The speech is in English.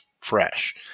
fresh